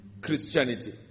Christianity